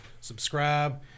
subscribe